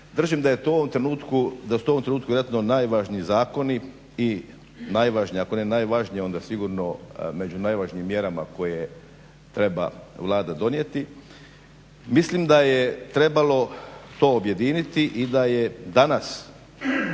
držim da su to u ovom trenutku vjerojatno najvažniji zakoni i ako ne najvažniji onda sigurno među najvažnijim mjerama koje treba Vlada donijeti. Mislim da je trebalo to objediniti i da je danas